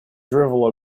drivel